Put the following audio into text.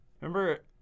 remember